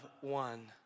one